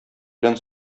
белән